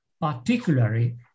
particularly